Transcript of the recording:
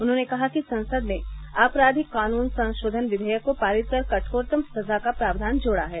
उन्होंने कहा कि संसद ने आपराधिक कानून संशोधन विधेयक को पारित कर कठोरतम सजा का प्राव्यान जोड़ा है